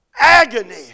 Agony